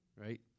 right